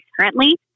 currently